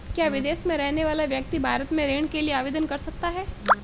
क्या विदेश में रहने वाला व्यक्ति भारत में ऋण के लिए आवेदन कर सकता है?